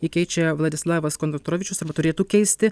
jį keičia vladislavas kondratovičius arba turėtų keisti